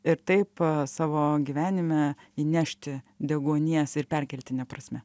ir taip savo gyvenime įnešti deguonies ir perkeltine prasme